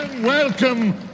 Welcome